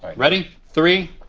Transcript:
ready? three,